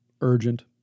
Urgent